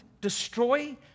destroy